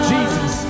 Jesus